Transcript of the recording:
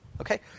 Okay